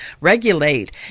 regulate